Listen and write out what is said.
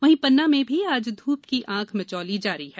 वहीं पन्ना में भी आज धूप की आंख मिचौली जारी है